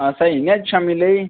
असैं इ'यां शाम्मी लेई